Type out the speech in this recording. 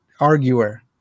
arguer